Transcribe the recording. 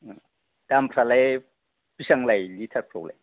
दामफोरालाय बेसेबां लायो लिटार फ्रावलाय